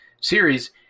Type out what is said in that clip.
series